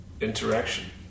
interaction